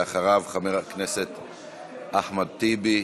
אחריו, חבר הכנסת אחמד טיבי.